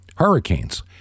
Hurricanes